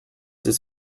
his